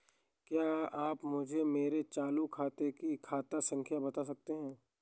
क्या आप मुझे मेरे चालू खाते की खाता संख्या बता सकते हैं?